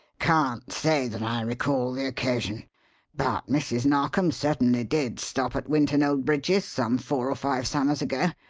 can't say that i recall the occasion but mrs. narkom certainly did stop at winton-old-bridges some four or five summers ago,